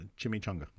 chimichanga